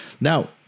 Now